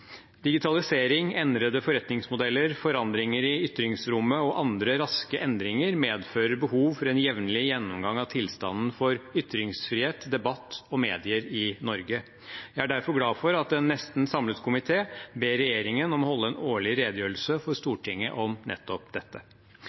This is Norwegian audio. Digitalisering, endrede forretningsmodeller, forandringer i ytringsrommet og andre raske endringer medfører behov for en jevnlig gjennomgang av tilstanden for ytringsfrihet, debatt og medier i Norge. Jeg er derfor glad for at en nesten samlet komité ber regjeringen om å holde en årlig redegjørelse for Stortinget om nettopp dette.